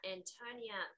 Antonia